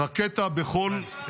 לא דיברתי.